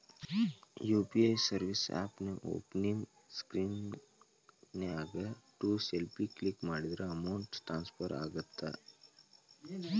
UPI service ಆಪ್ನ್ಯಾಓಪನಿಂಗ್ ಸ್ಕ್ರೇನ್ನ್ಯಾಗ to self click ಮಾಡಿದ್ರ ಅಮೌಂಟ್ ಟ್ರಾನ್ಸ್ಫರ್ ಆಗತ್ತ